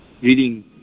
reading